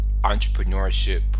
entrepreneurship